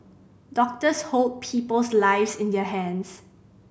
doctors hold people's lives in their hands